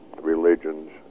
religions